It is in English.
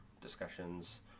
discussions